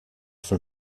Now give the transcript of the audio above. from